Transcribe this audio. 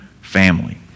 family